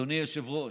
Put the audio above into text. אדוני היושב-ראש.